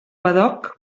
badoc